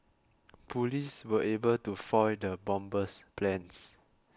police were able to foil the bomber's plans